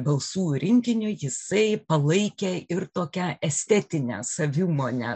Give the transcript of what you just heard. balsų rinkiniu jisai palaikė ir tokią estetinę savimonę